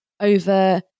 over